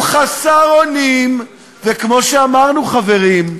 הוא חסר אונים, וכמו שאמרנו, חברים,